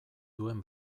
duen